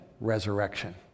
resurrection